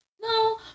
No